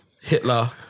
Hitler